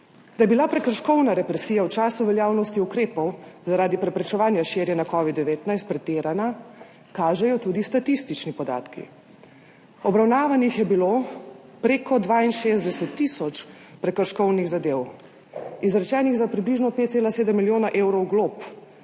Da je bila prekrškovna represija v času veljavnosti ukrepov zaradi preprečevanja širjenja covida-19 pretirana, kažejo tudi statistični podatki: obravnavanih je bilo prek 62 tisoč prekrškovnih zadev, izrečenih za približno 5,7 milijona evrov glob,